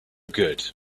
good